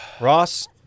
Ross